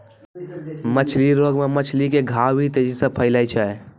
मछली रोग मे मछली के घाव भी तेजी से फैलै छै